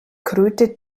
kröte